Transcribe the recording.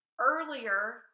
Earlier